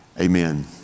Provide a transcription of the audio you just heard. Amen